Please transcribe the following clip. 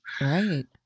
Right